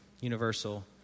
Universal